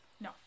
No